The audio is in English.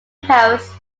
paris